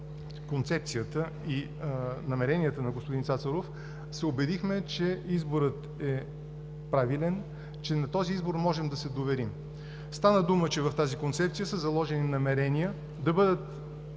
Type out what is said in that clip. концепцията и намеренията на господин Цацаров, и се убедихме, че изборът е правилен, че на този избор можем да се доверим. Стана дума, че в тази концепция са заложени намерения да бъдат